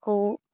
खौबो